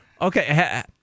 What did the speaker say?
okay